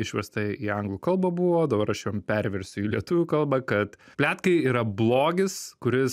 išversta į anglų kalbą buvo dabar aš jum perversiu į lietuvių kalbą kad pletkai yra blogis kuris